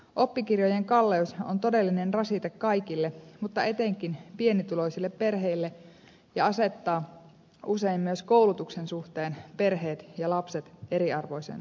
oppikirjojen kalleus on todellinen rasite kaikille mutta etenkin pienituloisille perheille ja asettaa usein myös koulutuksen suhteen perheet ja lapset eriarvoiseen asemaan